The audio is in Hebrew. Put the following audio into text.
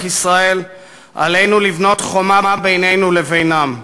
ישראל עלינו לבנות חומה בינינו לבינם.